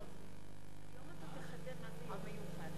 רבותי חברי הכנסת, בהיעדר